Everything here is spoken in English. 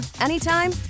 anytime